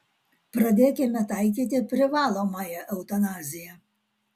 pradėkime taikyti privalomąją eutanaziją